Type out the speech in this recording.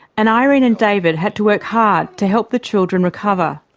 and irene and david had to work hard to help the children recover.